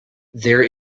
there